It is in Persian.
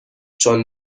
چون